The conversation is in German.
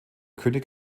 könig